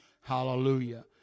hallelujah